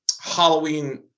Halloween